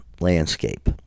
landscape